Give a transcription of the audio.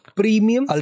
premium